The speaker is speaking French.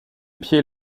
pied